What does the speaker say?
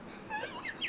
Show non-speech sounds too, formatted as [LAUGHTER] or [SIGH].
[LAUGHS]